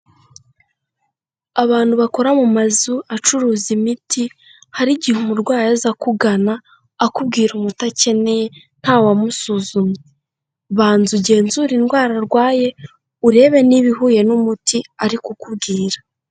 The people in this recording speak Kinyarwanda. Abantu bakora mu mazu acuruza imiti, hari igihehe umurwayi aza akugana akubwira umuti akeneye ntawamusuzumye, banza ugenzure indwara arwaye urebe niba ihuye n'umuti ari kukubwira.